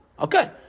Okay